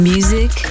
Music